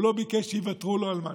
הוא לא ביקש שיוותרו לו על משהו.